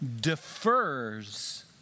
defers